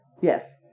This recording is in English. Yes